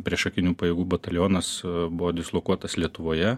priešakinių pajėgų batalionas buvo dislokuotas lietuvoje